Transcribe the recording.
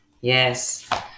Yes